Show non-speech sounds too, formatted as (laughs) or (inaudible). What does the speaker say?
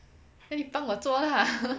你帮我做啦 (laughs)